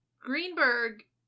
Greenberg